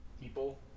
people